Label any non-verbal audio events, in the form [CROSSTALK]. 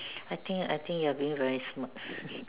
I think I think you are being very smart [NOISE]